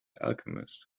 alchemist